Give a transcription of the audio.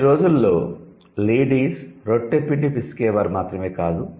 ఈ రోజుల్లో లేడీస్ 'రొట్టె' పిండి పిసికే వారు మాత్రమే కాదు